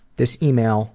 this email